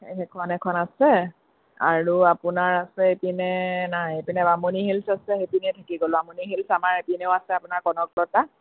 সেইখন এখন আছে আৰু আপোনাৰ আছে এইপিনে নাই সেইপিনে বামুণী হিলছ আছে সেইপিনে থাকি গ'ল বামুণী হিলছ আমাৰ এইপিনেও আছে আপোনাৰ কনকলতা